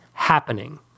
happening